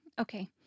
Okay